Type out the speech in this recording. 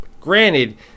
granted